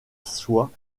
soie